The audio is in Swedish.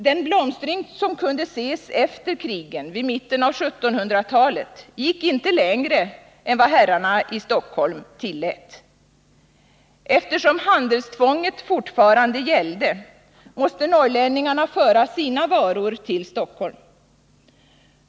Den blomstring som kunde ses efter krigen vid mitten av 1700-talet gick inte längre än vad herrarna i Stockholm tillät. Eftersom handelstvånget fortfarande gällde måste norrlänningarna föra sina varor till Stockholm.